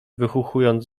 wychuchując